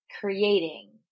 Creating